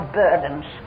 burdens